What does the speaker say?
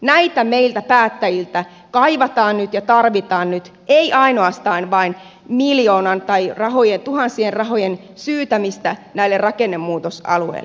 näitä meiltä päättäjiltä nyt kaivataan ja tarvitaan ei ainoastaan vain miljoonan tai rahojen tuhansien rahojen syytämistä näille rakennemuutosalueille